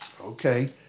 Okay